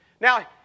Now